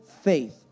faith